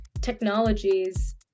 technologies